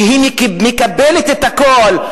שהיא מקבלת את הכול,